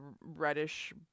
reddish